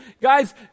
guys